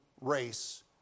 race